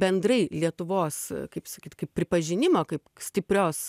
bendrai lietuvos kaip sakyt kaip pripažinimo kaip stiprios